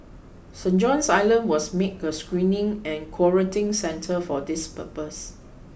Saint John's Island was made a screening and quarantine centre for this purpose